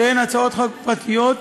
שתיהן הצעות חוק פרטיות,